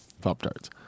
Pop-Tarts